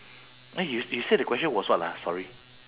uh you you say the question was what ah sorry